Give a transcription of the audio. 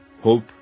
hope